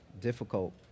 difficult